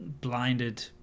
blinded